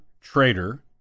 Trader